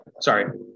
Sorry